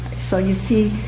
so you see,